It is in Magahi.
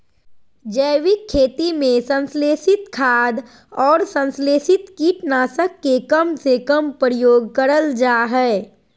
जैविक खेती में संश्लेषित खाद, अउर संस्लेषित कीट नाशक के कम से कम प्रयोग करल जा हई